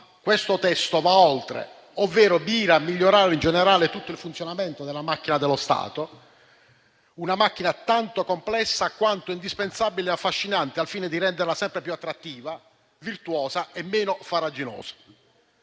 questo testo va oltre: ovvero mira a migliorare, in generale, tutto il funzionamento della macchina dello Stato, una macchina tanto complessa quanto indispensabile e affascinante al fine di renderla sempre più attrattiva, virtuosa e meno farraginosa.